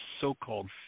so-called